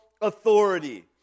authority